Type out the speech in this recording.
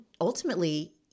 ultimately